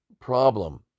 problem